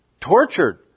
tortured